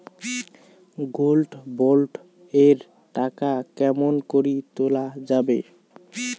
Gold bond এর টাকা কেমন করি তুলা যাবে?